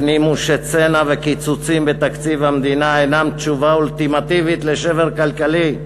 הפנימו שצנע וקיצוצים בתקציב המדינה אינם תשובה אולטימטיבית לשבר כלכלי.